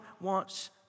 wants